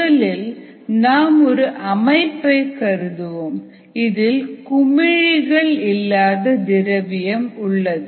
முதலில் நாம் ஒரு அமைப்பை கருதுவோம் இதில் குமிழிகள் இல்லாத திரவியம் உள்ளது